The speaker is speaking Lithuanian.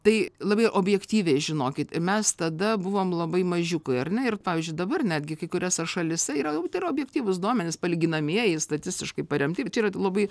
tai labai objektyviai žinokit mes tada buvom labai mažiukai ar ne ir pavyzdžiui dabar netgi kai kuriose šalyse yra tai yra objektyvūs duomenys palyginamieji statistiškai paremti čia yra labai